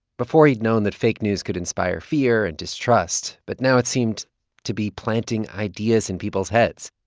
before, he'd known that fake news could inspire fear and distrust. but now it seemed to be planting ideas in people's heads.